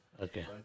okay